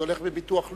זה מהביטוח הלאומי.